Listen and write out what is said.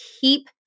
keep